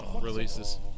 Releases